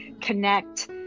connect